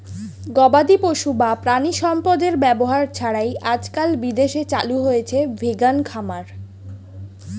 গবাদিপশু বা প্রাণিসম্পদের ব্যবহার ছাড়াই আজকাল বিদেশে চালু হয়েছে ভেগান খামার